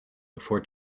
before